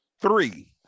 Three